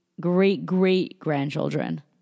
great-great-grandchildren